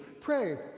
pray